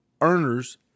earners